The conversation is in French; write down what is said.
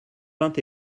vingt